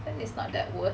and it's not that won't